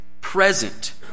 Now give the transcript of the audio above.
present